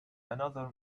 another